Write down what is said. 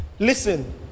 Listen